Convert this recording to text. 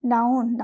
Down